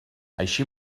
així